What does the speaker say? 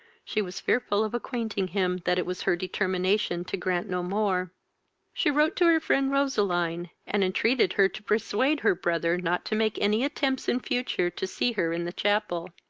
she was fearful of acquainting him that it was her determination to grant no more she wrote to her friend roseline, and entreated her to persuade her brother not to make any attempts in future to see her in the chapel